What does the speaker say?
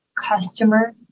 customer